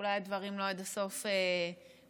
אולי הדברים לא עד הסוף הובהרו,